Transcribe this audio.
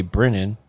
Brennan